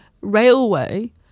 railway